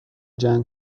جنگ